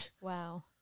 Wow